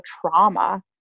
trauma